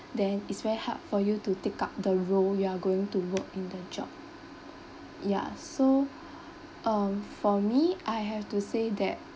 then it's very hard for you to take up the role you are going to work in the job ya so um for me I have to say that